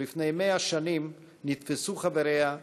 ולפני 100 שנים נתפסו חבריה,